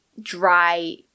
dry